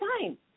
time